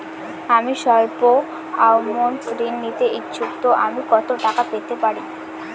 আমি সল্প আমৌন্ট ঋণ নিতে ইচ্ছুক তো আমি কত টাকা পেতে পারি?